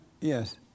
yes